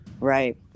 Right